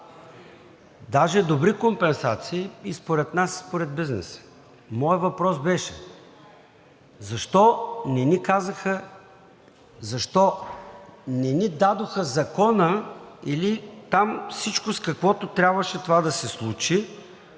даже добри компенсации и според нас, и според бизнеса. Моят въпрос беше защо не ни казаха, защо не ни дадоха закона или там всичко, с каквото трябваше това да се случи,